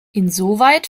insoweit